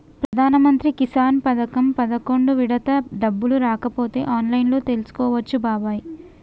ప్రధానమంత్రి కిసాన్ పథకం పదకొండు విడత డబ్బులు రాకపోతే ఆన్లైన్లో తెలుసుకోవచ్చు బాబాయి